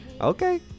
Okay